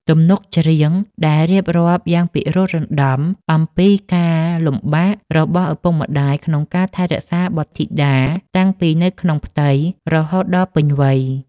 ទំនុកច្រៀងដែលរៀបរាប់យ៉ាងពិរោះរណ្តំអំពីការលំបាករបស់ឪពុកម្តាយក្នុងការថែរក្សាបុត្រធីតា តាំងពីនៅក្នុងផ្ទៃរហូតដល់ពេញវ័យ